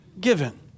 given